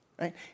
right